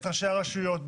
את ראשי הרשויות,